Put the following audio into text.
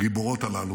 הגיבורות הללו,